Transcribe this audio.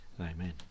Amen